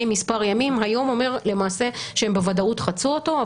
כמה ימים היום אומר למעשה שהם בוודאות חצו אותו,